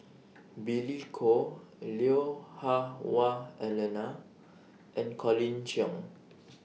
Billy Koh Lui Hah Wah Elena and Colin Cheong